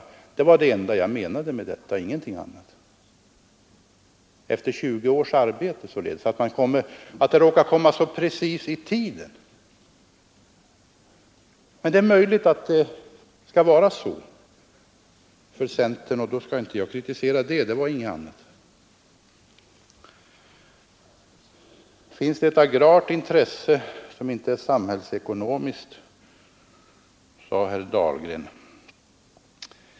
Det var det enda jag menade. Jag tyckte alltså att det var underligt att detta efter 20 års arbete råkade komma så precis i tiden. Men det är möjligt att det skall vara så för centern, och då skall jag inte kritisera det. Finns det ett agrart intresse som inte är samhällsekonomiskt, frågade herr Dahlgren.